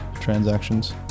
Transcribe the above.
transactions